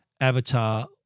Avatar